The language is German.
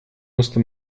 musste